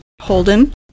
Holden